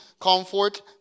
comfort